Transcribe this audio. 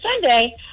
Sunday